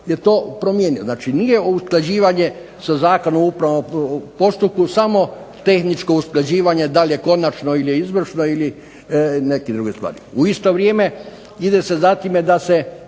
je to promijenio. Znači nije usklađivanje sa Zakonom o upravnom postupku samo tehničko usklađivanje da li je konačno ili je izvršno, ili neke druge stvari. U isto vrijeme ide se za time da se